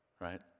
right